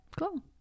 Cool